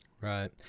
Right